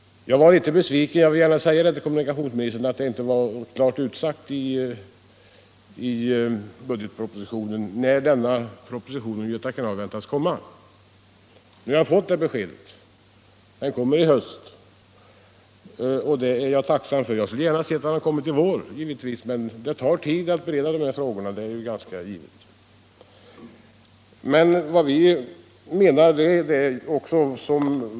Jag vill säga till kommunikationsministern att jag var litet besviken över att det inte i budgetpropositionen klart utsagts när propositionen om Göta kanal kan väntas komma. Nu har jag fått beskedet att den kommer i höst, och det är jag tacksam för. Jag skulle givetvis gärna ha sett att den kommit redan i vår, men jag förstår också att det tar tid att bereda den här frågan.